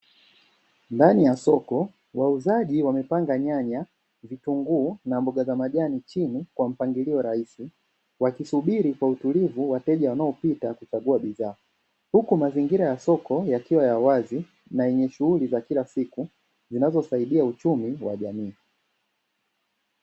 Ndani ya soko wauzaji wamepanga nyanya, vitunguu na mboga za majani chini kwa mpangilio rahisi; wakisubiri kwa utulivu wateja wanaopita kuchagua bidhaa, huku mazingira ya soko yakiwa ya wazi na yenye shughuli za kila siku zinazosaidia uchumi wa jamii.